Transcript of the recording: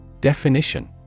Definition